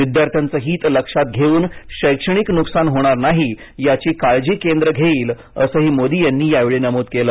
विद्यार्थ्यांचे हित लक्षात घेऊन शैक्षणिक नुकसान होणार नाही याची काळजी केंद्र घेईल असेही मोदी यांनी यावेळी नमूद केले